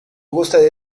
gostaria